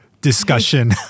discussion